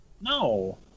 No